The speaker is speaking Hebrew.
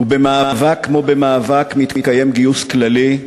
ובמאבק כמו במאבק, מתקיים גיוס כללי,